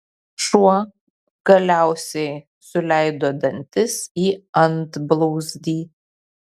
šuo galiausiai suleido dantis į antblauzdį